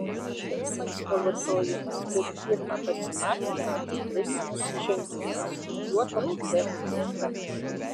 tad maisto vartojimas per pirmą pasimatymą tikrai ne nusižengimas juolab per antrą